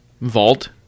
vault